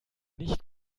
nicht